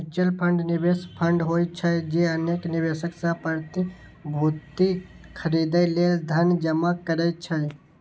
mutual fund निवेश fund होइ छै, जे अनेक निवेशक सं प्रतिभूति खरीदै लेल धन जमा करै छै